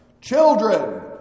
Children